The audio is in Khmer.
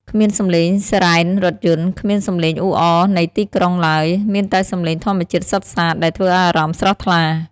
គ្មានសំឡេងស៊ីរ៉ែនរថយន្ត គ្មានសំឡេងអ៊ូអរនៃទីក្រុងឡើយ មានតែសំឡេងធម្មជាតិសុទ្ធសាធ ដែលធ្វើឲ្យអារម្មណ៍ស្រស់ថ្លា។